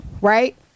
right